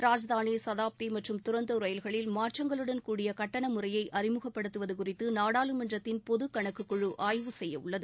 ராஜ்தானி சதாப்தி மற்றும் தரந்தோ ரயில்களில் மாற்றங்களுடன் கூடிய கட்டண முறையை அறிமுகப்படுத்துவது குறித்து நாடாளுமன்றத்தின் பொது கணக்கு குழு ஆய்வு செய்யவுள்ளது